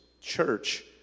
church